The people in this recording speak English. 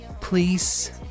please